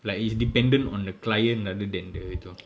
like it's dependent on the client rather than the itu